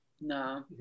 no